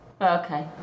Okay